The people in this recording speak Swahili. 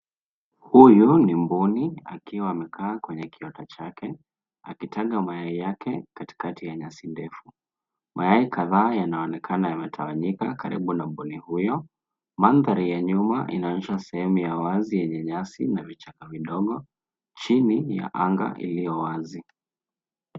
Huyi ni mboni akiwaamekaa kwenye kiwato chake akitaga mayai yake katikati ya nyasi ndefu. Mayai kadhaa yanaonekana yametawanyika karibu na mboni huyo. Mandhari ya nyumba yanonyesha sehemu ya wazi na vichaka vidogo, chini ya anga iliyowazi.